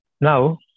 now